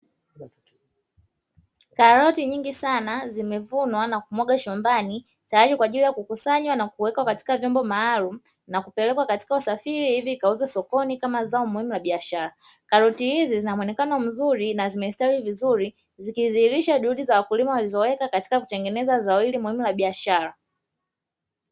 Karoti nyingi sana zimevunwa na kumwagwa shambani, tayari kwa ajili ya kukusanywa na kuwekwa katika vyombo maalumu na kupelekwa katika usafiri, ili zikauzwe sokoni kama zao muhimu la biashara. Karoti hizi zina muonekano mzuri na zimestawi vizuri, zikidhihirisha juhudi wakulima walizoweka katika kutengeneza zao hili muhimu la biashara.